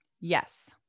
Yes